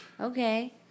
Okay